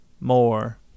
more